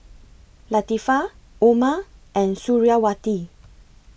Latifa Umar and Suriawati